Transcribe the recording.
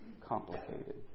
complicated